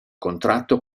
contratto